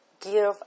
give